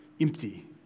empty